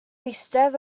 eistedd